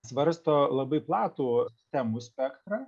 svarsto labai platų temų spektrą